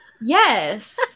Yes